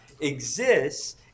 exists